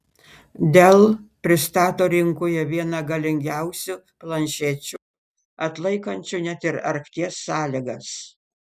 dell pristato rinkoje vieną galingiausių planšečių atlaikančių net ir arkties sąlygas